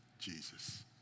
Jesus